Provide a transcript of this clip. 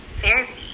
therapy